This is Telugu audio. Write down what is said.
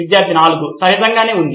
విద్యార్థి 4 సహజంగానే ఉంది